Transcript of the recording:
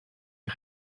est